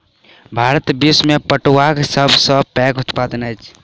भारत विश्व में पटुआक सब सॅ पैघ उत्पादक अछि